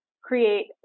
create